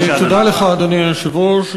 תודה לך, אדוני היושב-ראש.